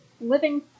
living